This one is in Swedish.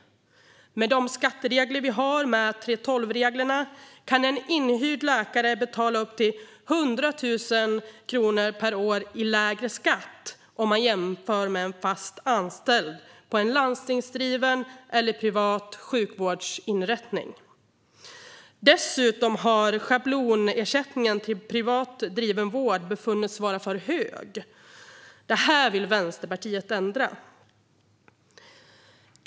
Med de skatteregler vi har i och med 3:12-reglerna kan en inhyrd läkare betala upp till 100 000 kronor per år i lägre skatt om man jämför med en fast anställd på en landstingsdriven eller privat sjukvårdsinrättning. Dessutom har schablonersättningen till privat driven vård befunnits vara för hög. Det här vill Vänsterpartiet ändra.